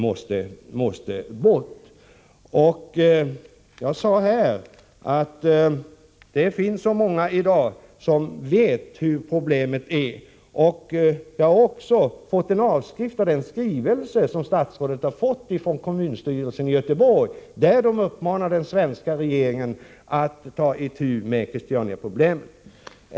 Jag sade tidigare att det finns många i dag som känner till det här problemet. Jag har fått en avskrift av den skrivelse som statsrådet fått från kommunstyrelsen i Göteborg och där man uppmanar den svenska regeringen att ta itu med Christianiaproblemet.